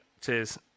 cheers